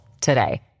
today